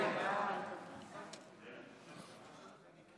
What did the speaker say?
סיעת הרשימה המשותפת להביע אי-אמון בממשלה לא נתקבלה.